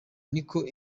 niko